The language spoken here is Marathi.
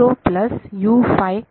विद्यार्थी 0